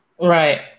Right